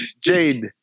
Jade